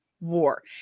War